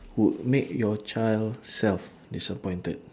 would make your child self disappointed